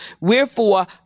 wherefore